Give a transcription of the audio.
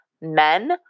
men